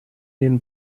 den